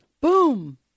Boom